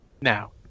now